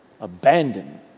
abandoned